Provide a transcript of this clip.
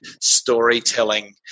storytelling